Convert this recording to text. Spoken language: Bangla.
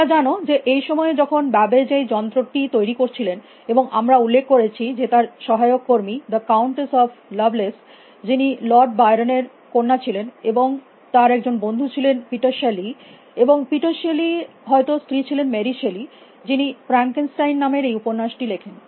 তোমরা জানো যে এই সময়ে যখন ব্যাবেজ এই যন্ত্রটি তৈরী করছিলেন এবং আমরা উল্লেখ করেছি যে তার সহায়ক কর্মী দ্য কাউন্টেস অফ লভলেস যিনি লর্ড বায়রন এর কন্যা ছিলেন এবং তার একজন বন্ধু ছিলেন পিটার শেলি এবং পিটার শেলি এর হয়ত স্ত্রী ছিলেন মেরি শেলি যিনি ফ্রান্কেনস্টাইন নামের এই উপন্যাসটি লেখেন